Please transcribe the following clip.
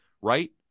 right